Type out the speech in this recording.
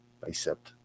bicep